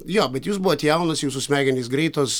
jo bet jūs buvot jaunas jūsų smegenys greitos